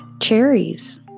cherries